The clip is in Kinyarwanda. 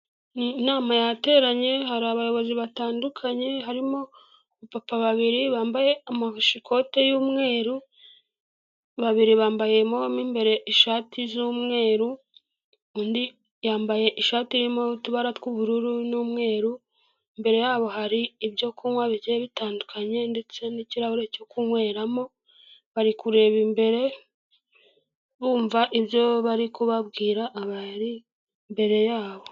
Inama yateranye, hari abayobozi batandukanye, harimo abapapa babiri, bambaye amashikoti y'umweru, babiri bambayemo imbere ishati z'umweru undi yambaye ishati irimo utubara tw'ubururu n'umweru, imbere yabo hari ibyo kunywa bigiye bitandukanye, ndetse n'ikirahure cyo kunyweramo, bari kureba imbere, bumva ibyo bari kubabwira, abari mbere yabo.